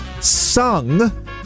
sung